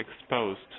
exposed